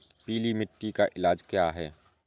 पीली मिट्टी का इलाज क्या है?